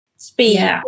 speed